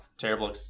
terrible